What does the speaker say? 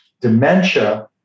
dementia